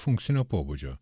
funkcinio pobūdžio